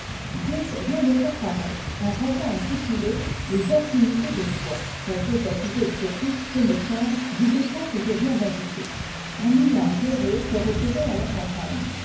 vient de faire paraître un roman intitulé m affinités de choix qu'on peut accuser surtout ce me semble du défaut que je viens d'indiquer un ménage heureux s'est retiré à la campagne